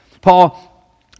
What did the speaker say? Paul